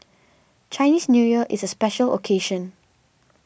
Chinese New Year is a special occasion